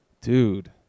dude